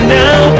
now